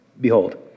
Behold